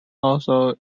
also